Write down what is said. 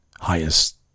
highest